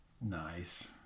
nice